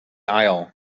aisle